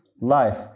life